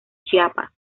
chiapas